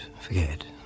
forget